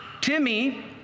Timmy